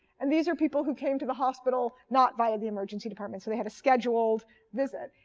and these are people who came to the hospital not via the emergency department. so they had a scheduled visit.